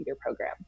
program